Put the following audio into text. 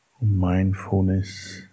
mindfulness